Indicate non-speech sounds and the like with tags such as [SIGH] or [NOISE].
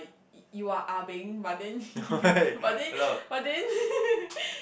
you are ah beng but then you [LAUGHS] but then but then [LAUGHS]